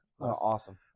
Awesome